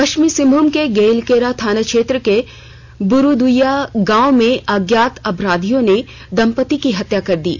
पश्चिमी सिंहभूम के गोईलकेरा थाना क्षेत्र के बुरुदईया गांव में अज्ञात अपराधियों ने दंपती की हत्या कर दी है